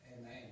Amen